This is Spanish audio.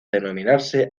denominarse